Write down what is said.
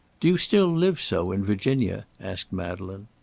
do you still live so in virginia? asked madeleine.